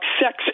sex